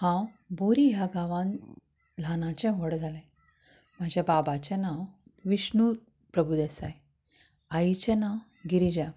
हांव बोरी ह्या गांवांत ल्हानाचें व्हड जालें म्हज्या बाबाचें नांव विष्णू प्रभुदेसाय आईचें नांव गिरीजा